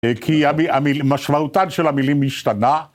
כי משמעותן של המילים משתנה.